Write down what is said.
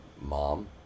mom